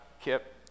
Kip